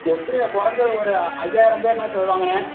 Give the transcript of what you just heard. எப்படியும் குறஞ்சது ஒரு ஐயாயிரம் பேருனாச்சும் வருவாங்கண்ணே